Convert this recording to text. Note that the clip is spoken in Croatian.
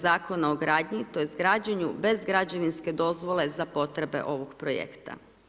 Zakona o gradnji to jest građenju bez građevinske dozvole za potrebe ovog projekta.